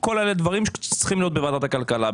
כל אלה דברים שצריכים להיות בוועדת הכלכלה,